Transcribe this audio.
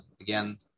again